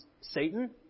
Satan